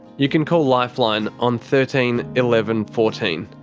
you can call lifeline on thirteen eleven fourteen.